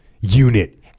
unit